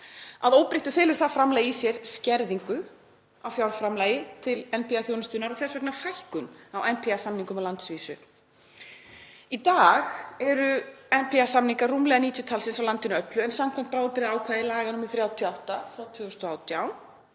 Að óbreyttu felur það framlag í sér skerðingu á fjárframlagi til NPA-þjónustunnar og þess vegna fækkun á NPA-samningum á landsvísu. Í dag eru NPA-samningar rúmlega 90 talsins á landinu öllu en samkvæmt bráðabirgðaákvæði laga nr. 38/2018